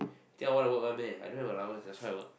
you think I wanna work [one] meh I don't have allowance that's why I work